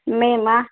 మేమా